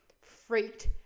Freaked